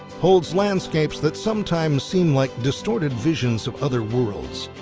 holds landscapes that sometimes seem like distorted visions of other worlds,